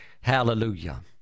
Hallelujah